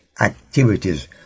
activities